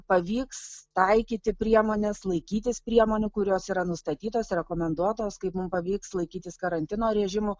pavyks taikyti priemones laikytis priemonių kurios yra nustatytos rekomenduotos kaip mum pavyks laikytis karantino režimo